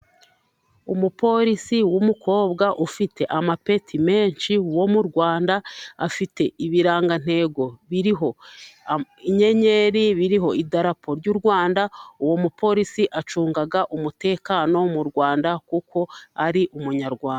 Umupolisi w'umukobwa ufite amapeti menshi wo mu Rwanda afite ibirangantego biriho inyenyeri ,biriho idarapo ry'u Rwanda ,uwo mupolisi acunga umutekano mu Rwanda kuko ari umunyarwanda.